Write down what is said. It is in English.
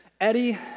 Eddie